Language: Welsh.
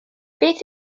beth